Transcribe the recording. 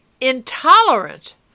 intolerant